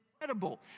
incredible